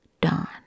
dawn